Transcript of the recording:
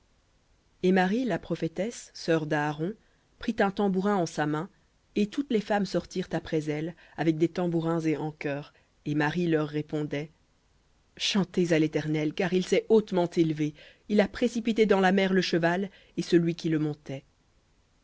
et marie la prophétesse sœur d'aaron prit un tambourin en sa main et toutes les femmes sortirent après elle avec des tambourins et en chœurs et marie leur répondait chantez à l'éternel car il s'est hautement élevé il a précipité dans la mer le cheval et celui qui le montait